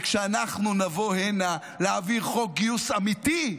וכשאנחנו נבוא הנה להעביר חוק גיוס אמיתי,